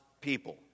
people